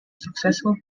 successful